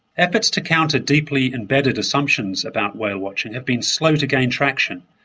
efforts to counter deeply embedded assumptions about whale watching have been slow to gain traction,